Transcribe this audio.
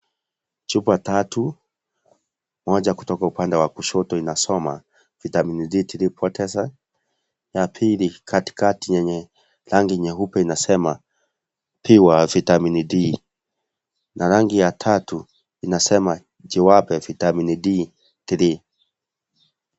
Chupa tatu moja kutoka upande wa kushoto inasoma Vitamin D3 potency, ya pili katikati yenye rangi nyeupe inasema Pure vitamin D, na rangi ya tatu inasema Chewable Vitamin D3.